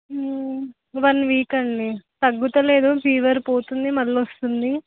one week అండి తగ్గడంలేదు fever పోతుంది మళ్ళీ వస్తుంది